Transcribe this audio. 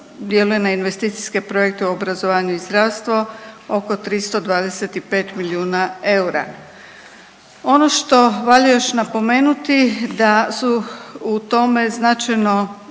djeluje na investicijske projekte u obrazovanju i zdravstvo oko 325 milijuna eura. Ono što valja još napomenuti da su u tome značajno